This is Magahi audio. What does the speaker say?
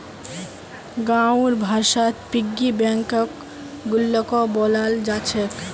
गाँउर भाषात पिग्गी बैंकक गुल्लको बोलाल जा छेक